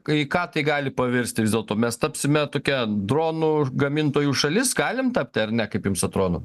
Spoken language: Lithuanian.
į ką tai gali pavirsti vis dėlto mes tapsime tokia dronų gamintojų šalis galim tapti ar ne kaip jums atrodo